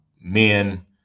men